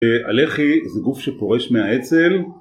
הלח״י זה גוף שפורש מהאצ״ל.